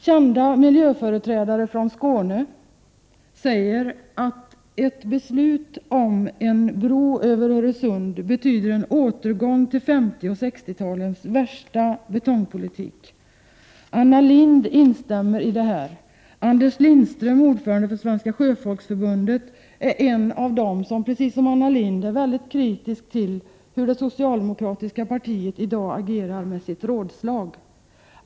Kända miljöföreträdare från Skåne säger att ett beslut om en bro över Öresund betyder en återgång till 50 och 60-talens värsta betongpolitik. Anna Lindh instämmer i detta. Anders Lindström, ordförande för Svenska sjöfolksförbundet, är en av dem som, precis som Anna Lindh, är mycket kritisk till hur det socialdemokratiska partiet i dag agerar med sitt rådslag.